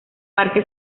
parque